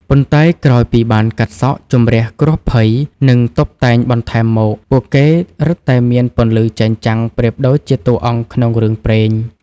ប៉ុន្តែក្រោយពីបានកាត់សក់ជម្រះគ្រោះភ័យ និងតុបតែងបន្ថែមមក ពួកគេរឹតតែមានពន្លឺចែងចាំងប្រៀបដូចជាតួអង្គក្នុងរឿងព្រេង។